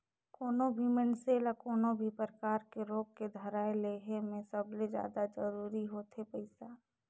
कोनो भी मइनसे ल कोनो भी परकार के रोग के धराए ले हे में सबले जादा जरूरी होथे पइसा